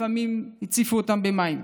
לפעמים הציפו אותם במים,